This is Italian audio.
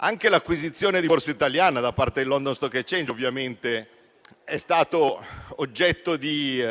Anche l'acquisizione di Borsa italiana da parte del London stock exchange è stata oggetto di